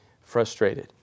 frustrated